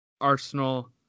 Arsenal